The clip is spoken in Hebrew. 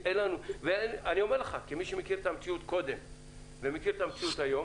אני אומר לך כמי שמכיר את המציאות בעבר ואת המציאות כיום